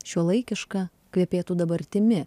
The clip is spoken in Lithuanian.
šiuolaikiška kvepėtų dabartimi